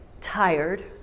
tired